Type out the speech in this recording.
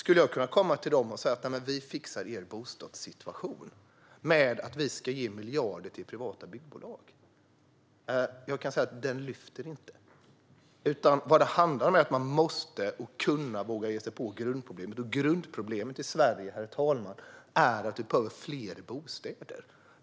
Om jag kom dit och sa att jag skulle fixa deras bostadssituation genom att ge miljarder till privata byggbolag skulle det inte lyfta. Herr talman! Man måste våga ge sig på grundproblemet, och grundproblemet i Sverige är att vi behöver fler bostäder.